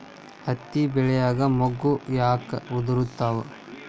ಹತ್ತಿ ಬೆಳಿಯಾಗ ಮೊಗ್ಗು ಯಾಕ್ ಉದುರುತಾವ್?